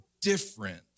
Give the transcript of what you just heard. different